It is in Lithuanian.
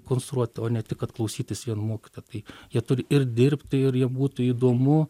konstruot o ne tik kad klausytis vien mokytojo tai jie turi ir dirbti ir jie būtų įdomu